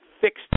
fixed